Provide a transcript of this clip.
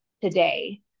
today